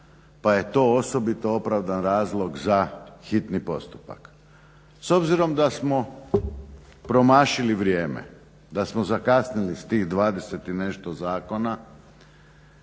pa je to osobito razlog za hitni postupak. S obzirom da smo promašili vrijeme, da smo zakasnili s tih 20 i nešto zakona,